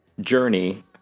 Journey